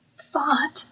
thought